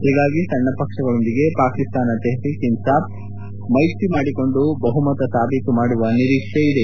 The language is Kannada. ಹೀಗಾಗಿ ಸಣ್ಣ ಪಕ್ಷಗಳೊಂದಿಗೆ ಪಾಕಿಸ್ತಾನ ತೆಹ್ರೀಕ್ ಇನ್ಲಾಫ್ ಪಕ್ಷ ಮೈತ್ರಿ ಮಾಡಿಕೊಂಡು ಬಹುಮತ ಸಾಬೀತು ಮಾಡುವ ನಿರೀಕ್ಷೆ ಇದೆ